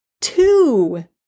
two